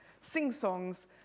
sing-songs